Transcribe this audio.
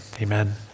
amen